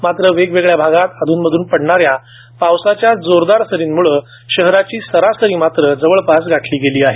मात्र वेगवेगळ्या आगात अधुन मधुन पडणाऱ्या जोरदार सरींमुळं शहराची सरासरी मात्र जवळपास गाठली गेली आहे